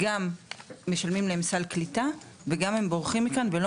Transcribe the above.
גם משלמים להם סל קליטה וגם הם בורחים מכאן ולא